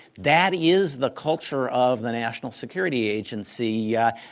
that is the culture of the national security agency. yeah